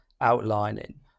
outlining